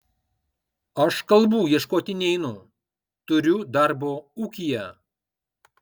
aš kalbų ieškoti neinu turiu darbo ūkyje